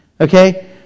Okay